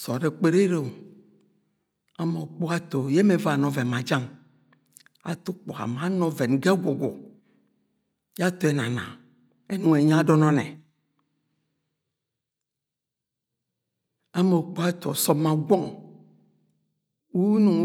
sọọd ọkpọri ere o, ama ukpuga ato yẹ eme ẹvọí ana ọvẹn ma jẹng ato ukpuga ma ana ọvẹn ga ẹgwuwu yẹ ato ẹnana ẹnung ẹnyi yẹ adọn ọnnẹ ama okpuga ato ọsọm ma gwọng wu unung